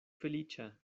feliĉa